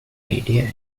ideas